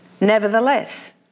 Nevertheless